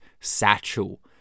satchel